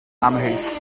amheus